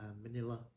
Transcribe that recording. Manila